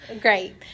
Great